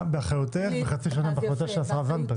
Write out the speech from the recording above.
באחריותך וחצי שנה באחריותה של השרה זנדברג.